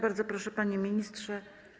Bardzo proszę, panie ministrze.